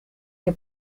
que